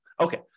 Okay